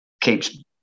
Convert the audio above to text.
keeps